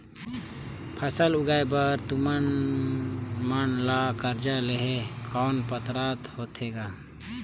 फसल उगाय बर तू मन ला कर्जा लेहे कौन पात्रता होथे ग?